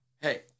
hey